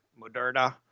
Moderna